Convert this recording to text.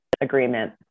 agreement